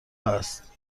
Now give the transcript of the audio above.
است